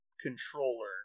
controller